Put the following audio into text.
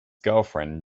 girlfriend